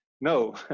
No